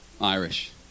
Irish